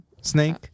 Snake